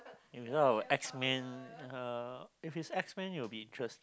if you talk about X Men uh if it's X Men it will interest